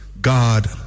God